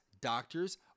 doctors